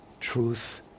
truth